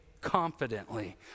confidently